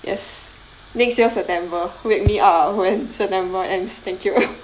yes next year september wake me up ah when september ends thank you